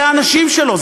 אלה האנשים שלו,